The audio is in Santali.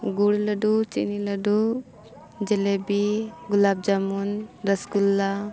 ᱜᱩᱲ ᱞᱟᱹᱰᱩ ᱪᱤᱱᱤ ᱞᱟᱹᱰᱩ ᱡᱷᱤᱞᱟᱹᱯᱤ ᱜᱳᱞᱟᱵᱽ ᱡᱟᱢᱩᱱ ᱨᱚᱥᱚᱜᱳᱞᱞᱟ